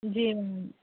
जी